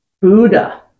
buddha